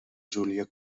júlia